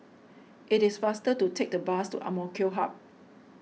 it is faster to take the bus to Hub